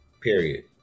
period